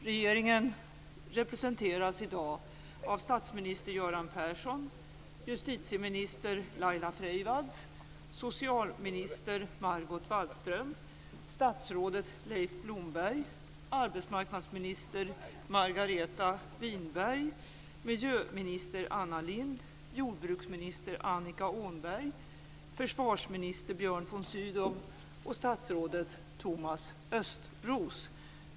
Regeringen representeras i dag av statsminister Göran Persson, justitieminister Laila Freivalds, socialminister Margot Wallström, statsrådet Leif Annika Åhnberg, försvarsminister Björn von Sydow och statsrådet Thomas Östros.